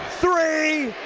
three!